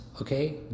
okay